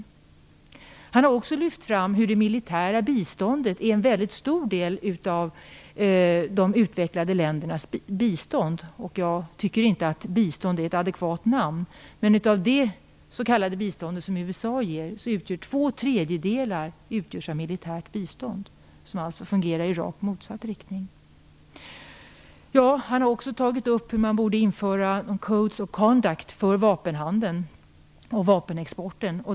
Mahbub ul Haq har också lyft fram att en väldigt stor del av de utvecklade ländernas bistånd är militärt biståndet. Av det s.k. bistånd - även om jag inte tycker att bistånd är ett adekvat namn - som USA ger, är två tredjedelar militärt bistånd. Sådant bistånd verkar i fel riktning. Han har också tagit upp att man borde införa en "codes of conduct" när det gäller vapenhandeln och vapenexporten.